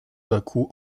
bakou